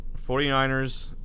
49ers